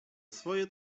swoje